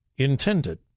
Intended